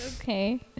okay